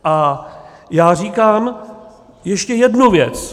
A já říkám ještě jednu věc.